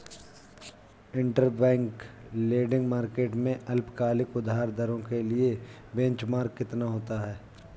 Interbank lending market में अल्पकालिक उधार दरों के लिए बेंचमार्क कितना होता है?